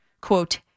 quote